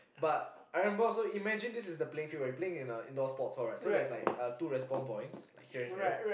but I remember also imagine this is the playing field right we were playing in a indoor sports hall right so there's like uh two respond points like here and here